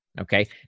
Okay